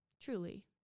Truly